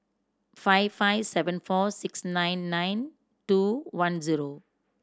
five five seven four six nine nine two one zero